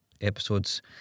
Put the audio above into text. episodes